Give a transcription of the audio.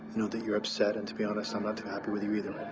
know that you're upset. and to be honest, i'm not too happy with you, either,